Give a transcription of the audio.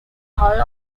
hall